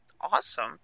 awesome